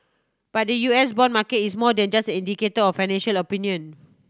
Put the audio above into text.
but the U S bond market is more than just indicator financial opinion